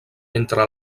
entre